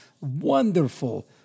wonderful